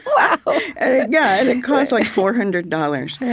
wow yeah and it cost like four hundred dollars.